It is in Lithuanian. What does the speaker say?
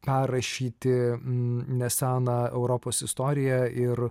perrašyti neseną europos istoriją ir